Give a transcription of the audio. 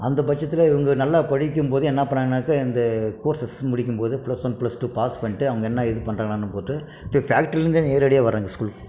அந்த பட்சத்தில் வந்து நல்லா படிக்கும் போது என்னா பண்ணிணாங்கனாக்கா இந்த கோர்சஸ் முடிக்கும் போது plus one plus two pass பண்ணிட்டு அவங்க என்ன இது பண்ணுறாங்கனு போட்டு இப்போ ஃபேக்டரிலேருந்தே நேரடியாக வராங்க ஸ்கூலுக்கு